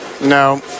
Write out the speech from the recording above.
No